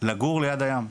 לגור ליד הים,